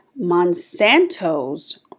Monsanto's